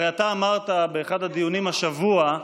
הרי אתה אמרת באחד הדיונים השבוע,